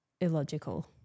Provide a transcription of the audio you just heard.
illogical